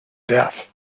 death